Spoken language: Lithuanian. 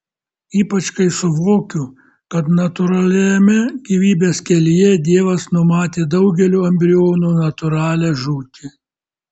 ypač kai suvokiu kad natūraliajame gyvybės kelyje dievas numatė daugelio embrionų natūralią žūtį